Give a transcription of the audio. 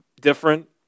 different